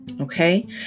Okay